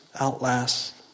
outlast